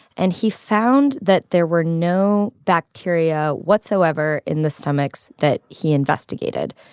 and he found that there were no bacteria whatsoever in the stomachs that he investigated.